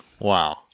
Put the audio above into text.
Wow